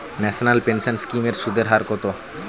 National pension scheme এর সুদের হার কত?